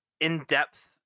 in-depth